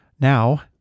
Now